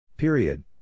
Period